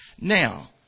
Now